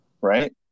right